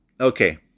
Okay